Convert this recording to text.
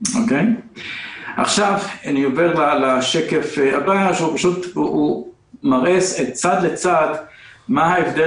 אני עובר לשקף הבא שמראה צד לצד מה ההבדל